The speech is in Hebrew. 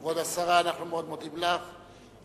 כבוד השרה, אנחנו מאוד מודים לך על